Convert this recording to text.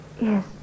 Yes